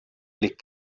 les